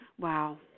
Wow